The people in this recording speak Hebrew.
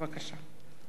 בבקשה.